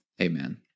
Amen